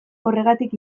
horregatik